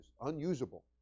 unusable